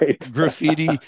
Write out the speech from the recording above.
graffiti